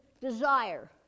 desire